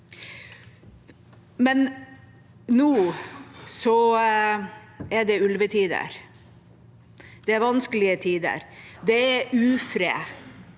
Men nå er det ulvetider, det er vanskelige tider, det er ufred,